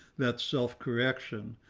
that's self correction.